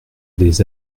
des